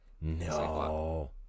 No